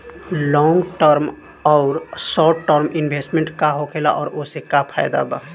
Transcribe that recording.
Long term आउर short term investment का होखेला और ओसे का फायदा बा?